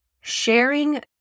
sharing